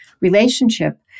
relationship